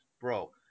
bro